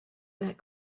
that